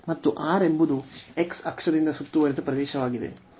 ಮತ್ತು R ಎಂಬುದು x ಅಕ್ಷದಿಂದ ಸುತ್ತುವರಿದ ಪ್ರದೇಶವಾಗಿದೆ